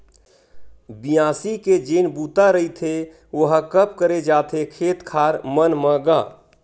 बियासी के जेन बूता रहिथे ओहा कब करे जाथे खेत खार मन म गा?